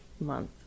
month